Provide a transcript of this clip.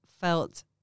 felt